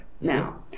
now